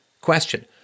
Question